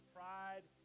pride